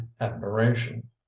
admiration